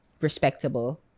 respectable